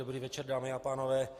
Dobrý večer, dámy a pánové.